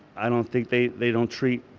i don't think they, they don't treat